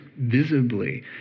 visibly